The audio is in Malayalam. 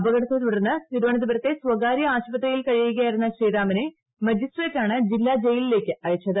അപകടത്തെ തുടർന്ന് തിരുവനന്തപുരത്തെ സ്വകാരൃ ആശുപത്രിയിൽ കഴിയുകയായിരുന്ന ശ്രീറാമിനെ മജിസ്ട്രേറ്റാണ് ജില്ലാ ജയിലിലേക്ക് അയയ്ച്ചത്